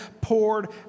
poured